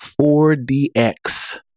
4DX